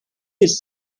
his